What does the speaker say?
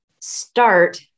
start